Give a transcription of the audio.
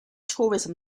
tourism